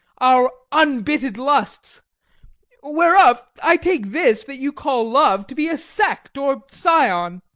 our unbitted lusts whereof i take this, that you call love, to be a sect or scion.